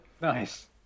Nice